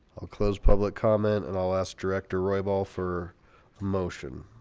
i'll close public comment and i'll ask director roy ball for motion